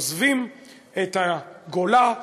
עוזבים את הגולה,